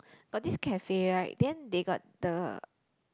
got this cafe right then they got the